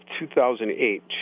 2008